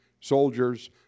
soldiers